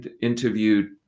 interviewed